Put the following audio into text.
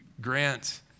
grant